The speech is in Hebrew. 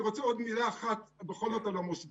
אני רוצה עוד מילה אחת בכל זאת על המוסדיים.